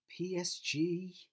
PSG